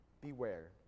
beware